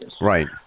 Right